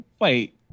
wait